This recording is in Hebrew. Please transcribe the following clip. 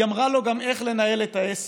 היא גם אמרה לו איך לנהל את העסק,